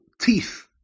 teeth